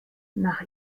nach